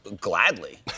gladly